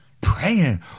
Praying